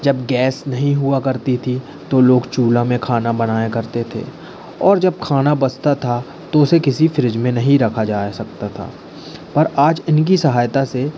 जब गैस नहीं हुआ करती थी तो लोग चूल्हा में खाना बनाया करते थे और जब खाना बचता था तो उसे किसी फ़्रिज में नहीं रखा जा सकता था पर आज इनकी सहायता से